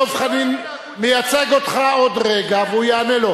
חבר הכנסת דב חנין מייצג אותך עוד רגע והוא יענה לו.